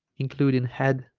including head